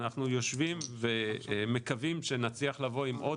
אנחנו יושבים ומקווים שנצליח לבוא עם עוד